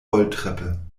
rolltreppe